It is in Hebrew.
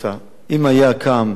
אם היה קם כפר